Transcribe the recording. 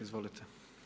Izvolite.